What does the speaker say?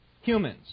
humans